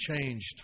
changed